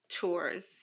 tours